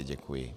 Děkuji.